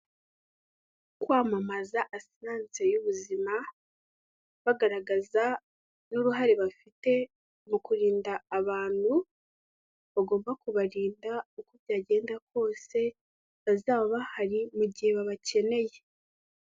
Kwamamaza asiranse y'ubuzima, bagaragaza n'uruhare bafite mu kurinda abantu bagomba kubarinda uko byagenda kose bazaba bahari mu gihe babakeneye.